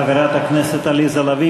שחברת הכנסת עליזה לביא